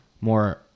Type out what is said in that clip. more